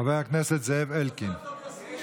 חבר הכנסת זאב אלקין.